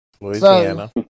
Louisiana